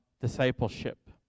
discipleship